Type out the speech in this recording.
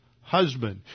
husband